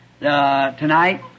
tonight